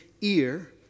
ear